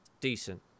Decent